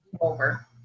Over